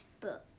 book